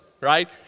right